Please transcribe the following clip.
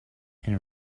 and